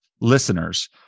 listeners